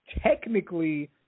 technically